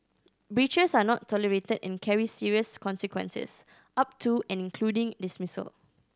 breaches are not tolerated and carry serious consequences up to and including dismissal